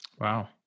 Wow